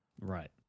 Right